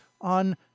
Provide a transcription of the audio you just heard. on